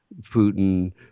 Putin